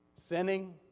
sinning